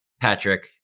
Patrick